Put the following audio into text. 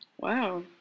wow